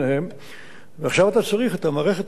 ועכשיו אתה צריך את המערכת הזאת של צנרת ושל